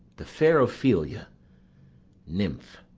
the fair ophelia nymph,